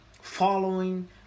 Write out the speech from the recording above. Following